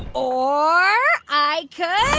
or i could.